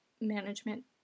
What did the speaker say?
management